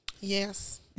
Yes